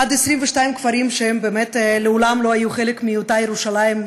עד 22 כפרים שהם באמת מעולם לא היו חלק מאותה ירושלים,